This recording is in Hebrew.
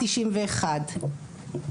91,